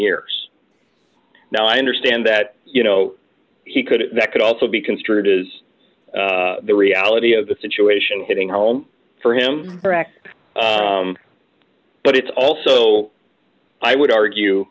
years now i understand that you know he could that could also be construed is the reality of the situation hitting home for him directly but it's also i would argue